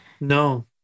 No